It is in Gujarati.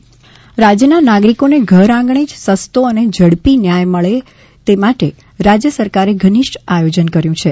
તાલીમ વર્ગ રાજ્યના નાગરિકોને ઘર આંગણે જ સસ્તો અને ઝડપી ન્યાય મળી રહે એ માટે રાજ્ય સરકારે ઘનિષ્ઠ આયોજન કર્યું છે